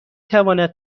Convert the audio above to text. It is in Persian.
تواند